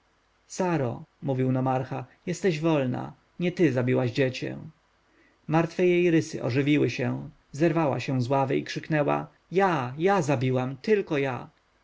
saro mówił nomarcha jesteś wolna nie ty zabiłaś dziecię martwe jej rysy ożywiły się zerwała się z ławy i krzyknęła ja ja zabiłam tylko ja